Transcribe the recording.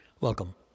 Welcome